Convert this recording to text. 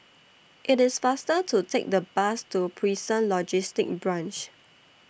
IT IS faster to Take The Bus to Prison Logistic Branch